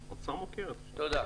תודה.